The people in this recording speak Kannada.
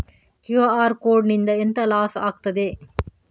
ಕ್ಯೂ.ಆರ್ ಕೋಡ್ ನಿಂದ ಎಂತ ಲಾಸ್ ಆಗ್ತದೆ?